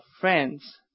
friends